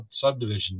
subdivision